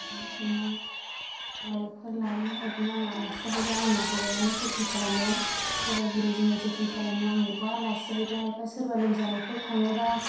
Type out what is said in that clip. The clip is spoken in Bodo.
बिदिनो अमा दाउफोर लायो ओरैनो आं आलासि जाहैबा आंना हौवायानो जोथोन खालामो बोराय बुरै जोङो जोथोन खालामो आं बबावबा आलासि जाहैबा एबा सोरबा लोमजानायफोराव थाङोबा